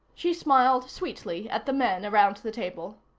she smiled sweetly at the men around the table.